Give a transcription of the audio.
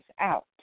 out